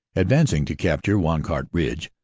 advancing to capture wancourt ridge,